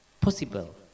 possible